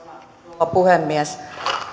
rouva puhemies